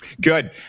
Good